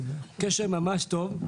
הקשר ממש טוב,